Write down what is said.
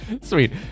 Sweet